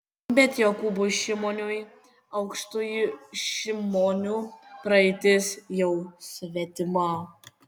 bet jokūbui šimoniui aukštųjų šimonių praeitis jau svetima